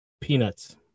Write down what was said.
peanuts